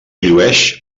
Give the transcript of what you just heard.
llueix